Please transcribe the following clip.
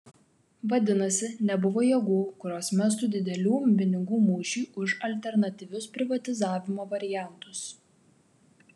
vadinasi nebuvo jėgų kurios mestų didelių pinigų mūšiui už alternatyvius privatizavimo variantus